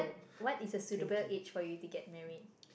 what is a suitable age for you to get married